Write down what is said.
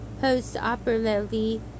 postoperatively